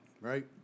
Right